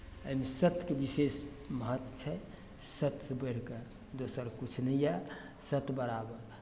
एहिमे सत्यके विशेष बात छै सत्यसँ बढ़ि कऽ दोसर किछु नहि यए सत्य बराबर